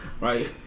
right